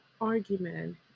argument